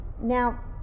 Now